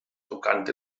tocant